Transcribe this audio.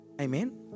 Amen